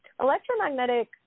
electromagnetic